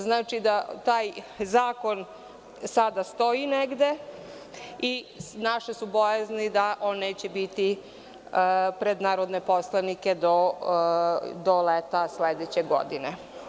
Znači, da taj zakon sada stoji negde i naše su bojazni da neće biti pred narodnim poslanicima do leta sledeće godine.